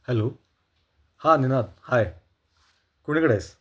hello हां Ninad hi कुणीकडे आहेस